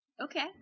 Okay